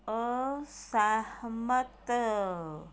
ਅਸਹਿਮਤ